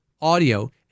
audio